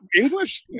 English